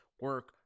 Work